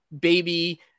baby